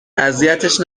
اذیتش